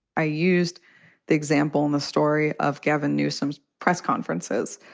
i used the example in the story of gavin newsom press conferences,